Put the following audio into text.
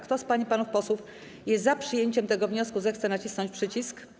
Kto z pań i panów posłów jest za przyjęciem tego wniosku, zechce nacisnąć przycisk.